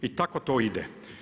I tako to ide.